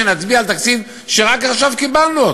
שנצביע על תקציב שרק עכשיו קיבלנו?